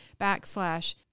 backslash